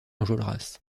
enjolras